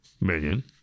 million